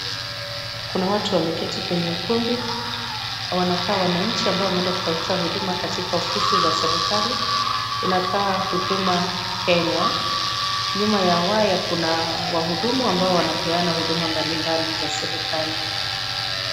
Kuna watu wameketi kwenye ukumbi, wanakaa wananchi ambao wameenda kutafuta huduma katika ofisi za serikali, inakaa huduma Kenya. Nyuma ya waya kuna wahudumu ambao wanapeana huduma mbalimbali za serikali.